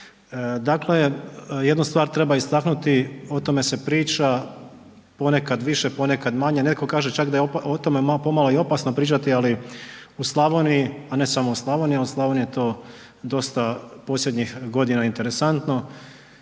Dakle, jednu stvar treba istaknuti, o tome se priča ponekad više, ponekad manje, netko kaže čak da je o tome pomalo i opasno pričati ali u Slavoniji a ne samo u Slavoniji ali u Slavoniji je to dosta posljednjih godina interesantno